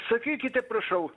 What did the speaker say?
sakykite prašau